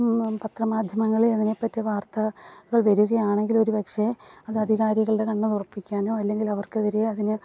പത്ര മാധ്യമങ്ങളിൽ അതിനെപ്പറ്റി വാർത്ത കൾ വരികയാണെങ്കിലൊരു പക്ഷെ അത് അധികാരികളുടെ കണ്ണ് തുറപ്പിക്കാനോ അല്ലെങ്കിലവർക്കെതിരെ അതിന്